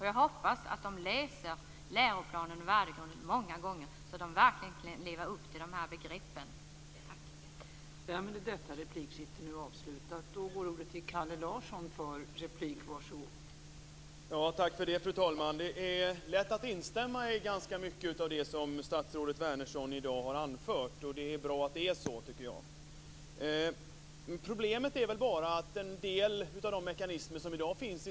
Jag hoppas att de läser läroplanen många gånger så att de verkligen lever upp till vad dessa begrepp innebär.